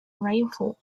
rainfall